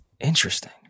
Interesting